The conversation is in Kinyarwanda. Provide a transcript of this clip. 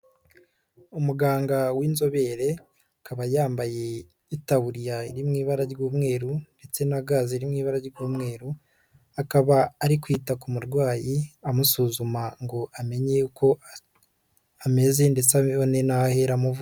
Umuganga w'inzobere, akaba yambaye itaburiya iri mu ibara ry'umweru ndetse na ga ziri mu ibara ry'umweru, akaba ari kwita ku murwayi, amusuzuma ngo amenye uko ameze ndetse abone n'aho ahera amuvura.